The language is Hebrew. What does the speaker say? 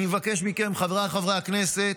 אני מבקש מכם, חבריי חברי הכנסת,